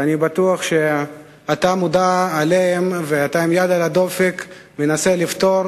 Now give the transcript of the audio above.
ואני בטוח שאתה מודע להן ואתה עם יד על הדופק ומנסה לפתור.